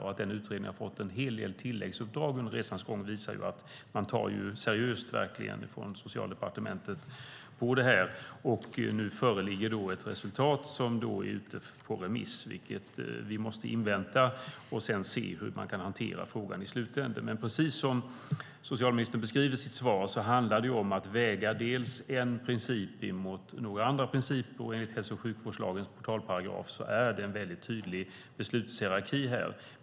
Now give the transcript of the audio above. Och att den utredningen har fått en hel del tilläggsuppdrag under resans gång visar att man verkligen tar seriöst på det här från Socialdepartementet. Nu föreligger det ett resultat som är ute på remiss, som vi måste invänta. Sedan får vi se hur man kan hantera frågan i slutändan. Men precis som socialministern beskriver i sitt svar handlar det om att väga en princip mot några andra principer. Och enligt hälso och sjukvårdslagens portalparagraf är det en väldigt tydlig beslutshierarki här.